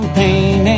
pain